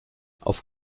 auf